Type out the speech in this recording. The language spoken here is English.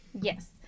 Yes